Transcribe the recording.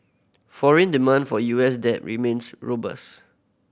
foreign demand for U S debt remains robust